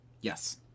Yes